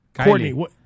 Courtney